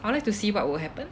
I like to see what will happen